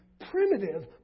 primitive